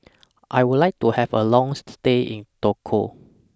I Would like to Have A Long stay in Togo